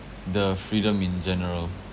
the freedom in general